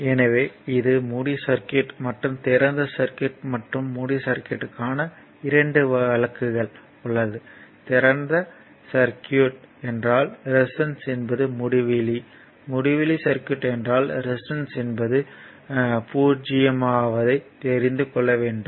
எனவே இது மூடிய சர்க்யூட் மற்றும் திறந்த சர்க்யூட் மற்றும் மூடிய சர்க்யூட்க்கான 2 வழக்குகள் திறந்த சர்க்யூட் என்றால் ரெசிஸ்டன்ஸ் என்பது முடிவிலி மூடிய சர்க்யூட் என்றால் ரெசிஸ்டன்ஸ் என்பது 0 ஆவதை தெரிந்துக் கொண்டோம்